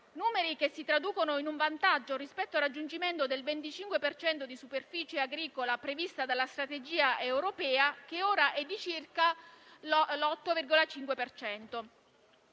Numeri che si traducono in un vantaggio rispetto al raggiungimento del 25 per cento di superficie agricola prevista dalla strategia europea, che ora è di circa l'8,5